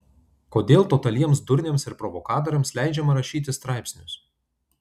kodėl totaliems durniams ir provokatoriams leidžiama rašyti straipsnius